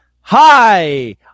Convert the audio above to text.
hi